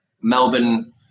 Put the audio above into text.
Melbourne